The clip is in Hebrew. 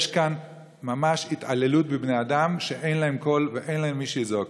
יש כאן ממש התעללות בבני אדם שאין להם קול ואין להם מי שיזעק.